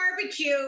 barbecue